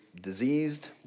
diseased